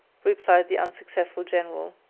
replied the unsuccessful general.